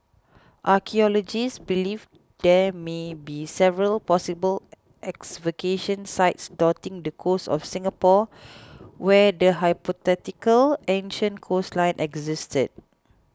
archaeologists believe there may be several possible excavation sites dotting the coast of Singapore where the hypothetical ancient coastline existed